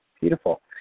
beautiful